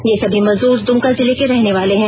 ये सभी मजदूर दुमका जिले के रहने वाले हैं